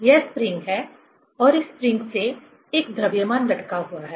यह स्प्रिंग है और इस स्प्रिंग से एक द्रव्यमान लटका हुआ है